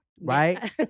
Right